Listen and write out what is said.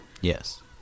Yes